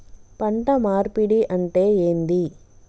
పంట మార్పిడి అంటే ఏంది?